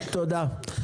תודה.